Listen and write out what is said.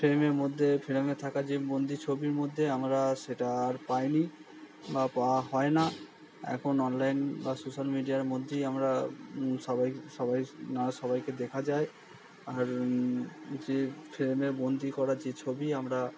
ফ্রেমের মধ্যে ফ্রেমে থাকা যে বন্দি ছবির মধ্যে আমরা সেটা আর পাই নি বা পাওয়া হয় না এখন অনলাইন বা সোশ্যাল মিডিয়ার মধ্যেই আমরা সবাই সবাই নাহলে সবাইকে দেখা যায় আর যে ফ্রেমে বন্দি করা যে ছবি আমরা